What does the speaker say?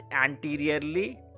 anteriorly